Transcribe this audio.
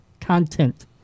content